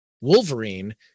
wolverine